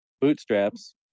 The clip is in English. bootstraps